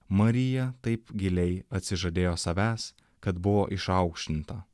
marija taip giliai atsižadėjo savęs kad buvo išaukštinta